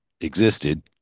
existed